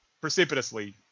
precipitously